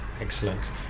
Excellent